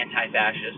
anti-fascist